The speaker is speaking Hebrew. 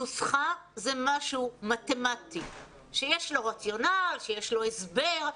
נוסחה זה משהו מתמטי שיש לו רציונל והסבר.